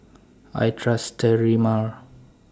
I Trust Sterimar